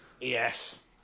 Yes